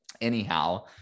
Anyhow